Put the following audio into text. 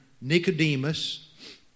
Nicodemus